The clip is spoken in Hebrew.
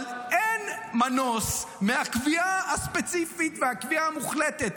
אבל אין מנוס מהקביעה הספציפית והקביעה המוחלטת,